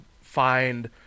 find